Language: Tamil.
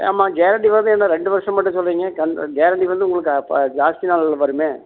ஆமாம் கேரண்டி வந்து என்ன ரெண்டு வருஷம் மட்டும் சொல்லுறீங்க கம் கேரண்டி வந்து உங்களுக்கு பா ஜாஸ்த்தி நாள் வருமே